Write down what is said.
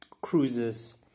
cruises